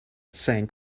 sank